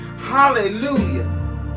Hallelujah